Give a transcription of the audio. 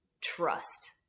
Trust